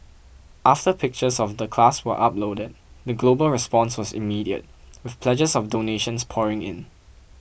after pictures of the class were uploaded the global response was immediate with pledges of donations pouring in